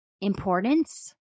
importance